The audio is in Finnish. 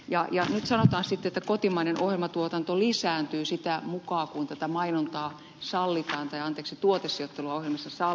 nyt sanotaan sitten että kotimainen ohjelmatuotanto lisääntyy sitä mukaa kuin tätä tuotesijoittelua ohjelmissa sallitaan se on yksi tuote syyte luomisessa